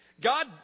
God